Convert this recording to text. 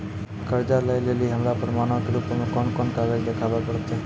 कर्जा लै लेली हमरा प्रमाणो के रूपो मे कोन कोन कागज देखाबै पड़तै?